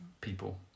people